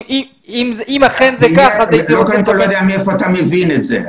אני לא יודע מאיפה אתה מבין את זה.